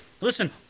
Listen